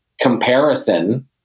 comparison